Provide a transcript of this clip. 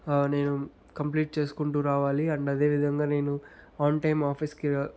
నేను కంప్లీట్ చేసుకుంటూ రావాలి అండ్ అదే విధంగా నేను ఆన్ టైం ఆఫీస్కి